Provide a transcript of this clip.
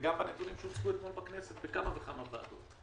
וגם בנתונים שהוצגו אתמול בכנסת בכמה וכמה ועדות,